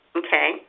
okay